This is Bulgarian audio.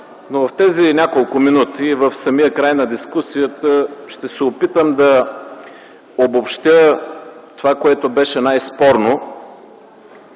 В тези няколко минути, в самия край на дискусията, ще се опитам да обобщя това, което беше най-спорно